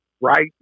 right